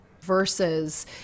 versus